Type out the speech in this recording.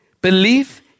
Belief